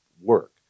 work